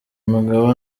mugabo